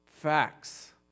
facts